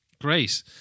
Great